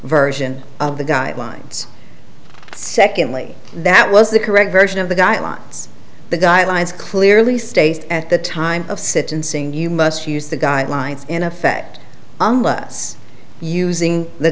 version of the guidelines secondly that was the correct version of the guidelines the guidelines clearly state at the time of sentencing you must use the guidelines in effect unless using the